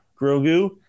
Grogu